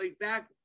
back